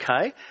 Okay